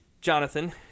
Jonathan